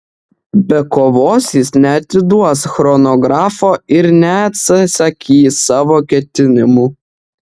be kovos jis neatiduos chronografo ir neatsisakys savo ketinimų